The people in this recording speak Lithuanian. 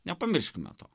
nepamirškime to